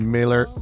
Miller